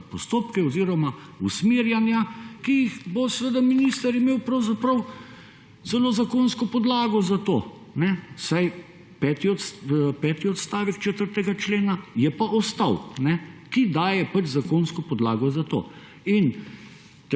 postopke oziroma usmerjanja, ker bo minister imel pravzaprav celo zakonsko podlago za to, saj peti odstavek 4. člena je pa ostal, ki daje zakonsko podlago za to.